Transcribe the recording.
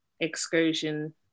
excursion